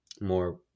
more